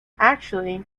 actually